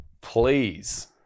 please